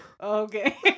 Okay